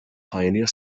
pioneer